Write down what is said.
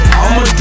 I'ma